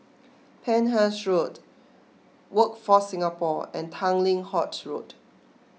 Penhas Road Workforce Singapore and Tanglin Halt Road